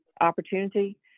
opportunity